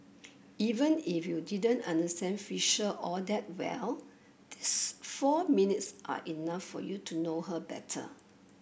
even if you didn't understand Fisher all that well these four minutes are enough for you to know her better